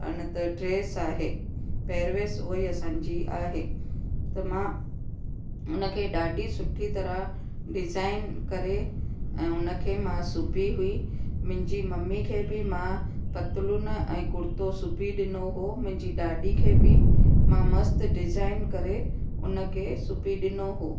अञा त ड्रेस आहे पैरवेस उहा ई असांजी आहे त मां उन खे ॾाढी सुठी तरह डिजाइन करे ऐं उन खे मां सिबी हुई मुंहिंजी मम्मी खे बि मां पतलून ऐं कुर्तो सिबी ॾिनो हुओ मुंहिंजी ॾाॾी खे बि मां मस्त डिजाइन करे उन खे सिबी ॾिनो हुओ